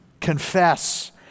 confess